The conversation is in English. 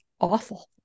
awful